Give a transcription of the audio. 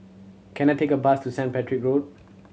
can I take a bus to Saint Patrick Road